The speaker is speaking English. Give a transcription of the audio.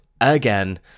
Again